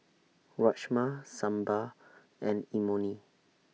Rajma Sambar and Imoni